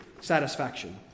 satisfaction